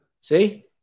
See